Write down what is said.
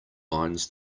binds